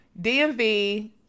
DMV